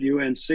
UNC